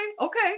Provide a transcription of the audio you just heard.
Okay